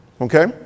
Okay